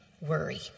worry